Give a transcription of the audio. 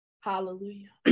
hallelujah